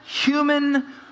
human